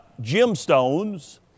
gemstones